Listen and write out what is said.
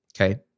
Okay